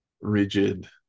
rigid